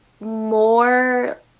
more